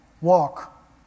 walk